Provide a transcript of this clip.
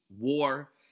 war